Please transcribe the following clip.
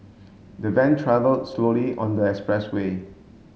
the van travelled slowly on the expressway